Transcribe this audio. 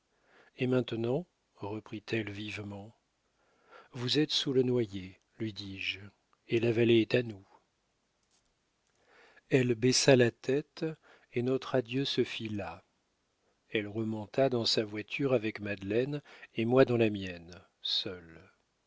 et maintenant reprit-elle vivement vous êtes sous le noyer lui dis-je et la vallée est à nous elle baissa la tête et notre adieu se fit là elle remonta dans sa voiture avec madeleine et moi dans la mienne seul